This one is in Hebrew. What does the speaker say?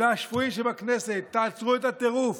אלא השפויים שבכנסת: תעצרו את הטירוף,